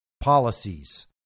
policies